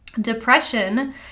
depression